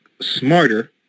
smarter